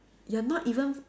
you're not even